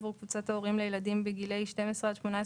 ארוכה, זה לעשות צדק עם הצעירים בני 18,